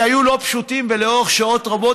שהיו לא פשוטים ולאורך שעות רבות,